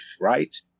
right